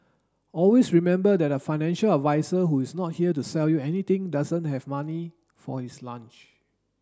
always remember that a financial advisor who is not here to sell you anything doesn't have money for his lunch